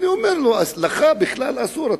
אני אומר לו: לך בכלל אסור.